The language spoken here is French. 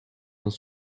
dans